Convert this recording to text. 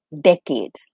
decades